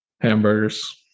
Hamburgers